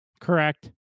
correct